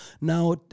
Now